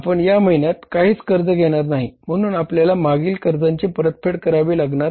आपण या महिन्यात काहीच कर्ज घेणार नाही म्हणून आपल्याला मागील कर्जांची परतफेड करावी लागणार